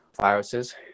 viruses